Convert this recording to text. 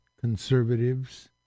conservatives